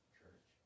church